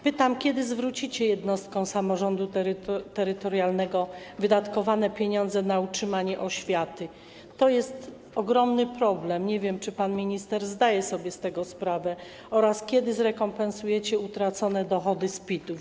Pytam: Kiedy zwrócicie jednostkom samorządu terytorialnego wydatkowane pieniądze na utrzymanie oświaty - to jest ogromny problem, nie wiem, czy pan minister zdaje sobie z tego sprawę - oraz kiedy zrekompensujecie utracone dochody z PIT-ów?